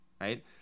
right